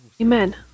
Amen